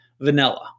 vanilla